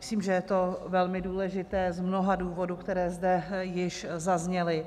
Myslím, že je to velmi důležité z mnoha důvodů, které zde již zazněly.